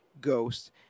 Ghost